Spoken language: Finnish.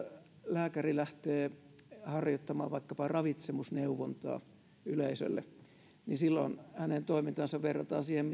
lääkäri lähtee harjoittaman vaikkapa ravitsemusneuvontaa yleisölle niin silloin hänen toimintaansa verrataan siihen